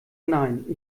nein